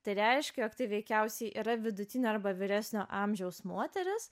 tai reiškia jog tai veikiausiai yra vidutinio arba vyresnio amžiaus moteris